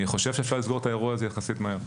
אני חושב שאפשר לסגור את האירוע הזה יחסית מהר,